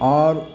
आओर